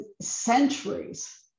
centuries